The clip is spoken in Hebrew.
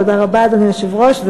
ותודה רבה, אדוני היושב-ראש.